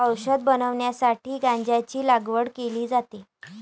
औषध बनवण्यासाठी गांजाची लागवड केली जाते